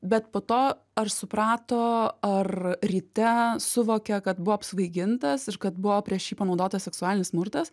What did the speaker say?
bet po to ar suprato ar ryte suvokė kad buvo apsvaigintas ir kad buvo prieš jį panaudotas seksualinis smurtas